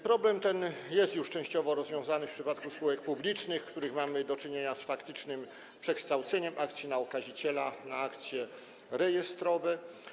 Problem ten jest już częściowo rozwiązany w przypadku spółek publicznych, w których mamy do czynienia z faktycznym przekształceniem akcji na okaziciela w akcje rejestrowe.